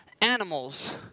animals